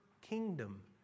kingdom